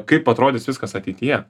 kaip atrodys viskas ateityje